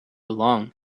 along